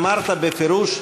אמרת בפירוש,